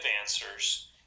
answers